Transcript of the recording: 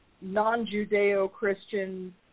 non-Judeo-Christian